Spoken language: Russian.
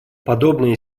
подобная